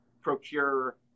procure